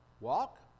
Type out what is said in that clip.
walk